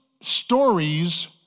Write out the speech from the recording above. stories